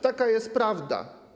Taka jest prawda.